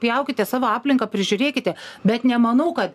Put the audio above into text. pjaukite savo aplinką prižiūrėkite bet nemanau kad